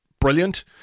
brilliant